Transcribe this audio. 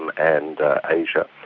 and and asia,